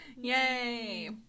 Yay